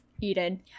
eden